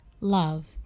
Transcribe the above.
love